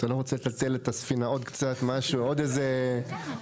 אתה לא רוצה לתת עוד איזה רגולציה?